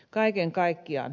kaiken kaikkiaan